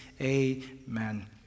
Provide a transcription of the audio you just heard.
Amen